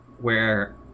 where-